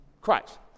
Christ